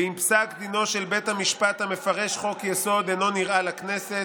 ואם פסק דינו של בית המשפט המפרש חוק-יסוד אינו נראה לכנסת,